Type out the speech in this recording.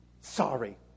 Sorry